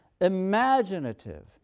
imaginative